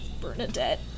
Bernadette